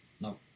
No